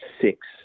six